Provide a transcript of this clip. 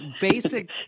basic